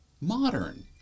modern